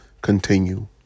continue